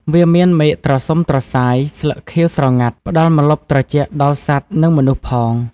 វាមានមែកត្រសុំត្រសាយ ស្លឹកខៀវស្រងាត់ ផ្តល់ម្លប់ត្រជាក់ដល់សត្វនិងមនុស្សផង។